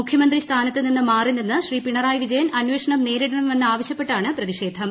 മുഖ്യമന്ത്രി സ്ഥാനത്ത് നിന്ന് മാറിനിന്ന് ശ്രീ പിണറായി വിജയൻ അന്വേഷണം നേരിടണമെന്ന് ആവശ്യപ്പെട്ടാണ് പ്രതിഷേധം